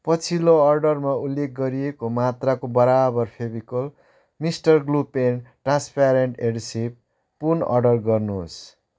पछिल्लो अर्डरमा उल्लेख गरिएको मात्राको बराबर Fevicol mister glue pen transparent adhesive पुन अर्डर गर्नुहोस्